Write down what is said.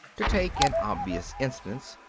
to take an obvious instance,